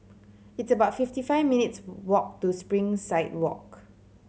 it's about fifty five minutes' walk to Springside Walk